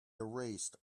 erased